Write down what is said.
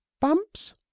Bumps